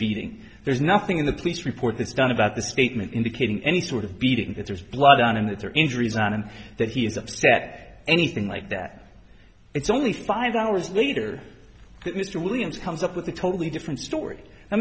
beating there's nothing in the police report this done about the statement indicating any sort of beating that there's blood on him that there are injuries on him that he is upset anything like that it's only five hours later that mr williams comes up with a totally different story